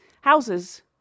houses